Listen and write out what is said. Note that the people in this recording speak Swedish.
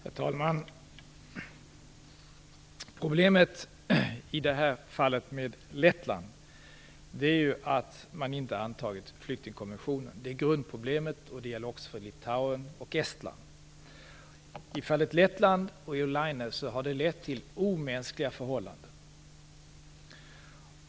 Herr talman! Problemet i fallet med Lettland är att landet inte har antagit flyktingkonventionen. Det är grundproblemet. Detsamma gäller för Litauen och I fallet Lettland och Olaine har det lett till omänskliga förhållanden.